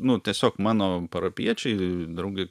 nu tiesiog mano parapijiečiai draugai